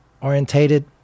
orientated